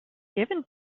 given